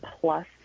plus